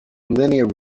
linear